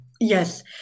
yes